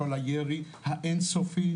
כל הירי האין-סופי.